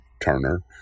Turner